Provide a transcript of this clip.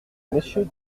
monsieur